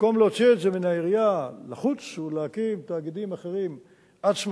במקום להוציא את זה מן העירייה ולהקים תאגידים אחרים עצמאיים,